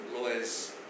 lawyers